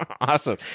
awesome